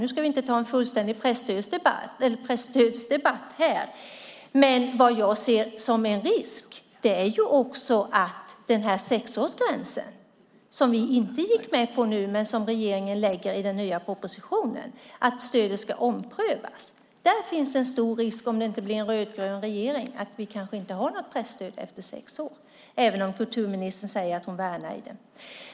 Nu ska vi inte ta en fullständig presstödsdebatt här, men vad jag ser som en risk är att den sexårsgräns för när stödet ska omprövas som vi inte gick med på men som regeringen nu föreslår i den nya kan innebära att vi, om vi inte får en rödgrön regering, inte har något presstöd längre efter sex år, även om kulturministern säger att hon värnar det.